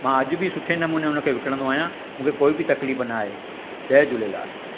मां अॼु बि सुठे नमूने हुनखे विकिणंदो आहियां मूंखे कोई बि तकलीफ़ न आहे जय झूलेलाल